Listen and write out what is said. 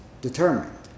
determined